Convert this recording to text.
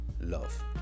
love